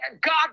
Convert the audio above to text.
god